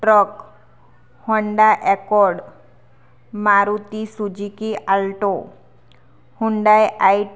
truck Honda afford Maruti Suzuki alto Hyundai I